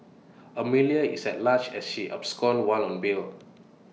Amelia is at large as she absconded while on bail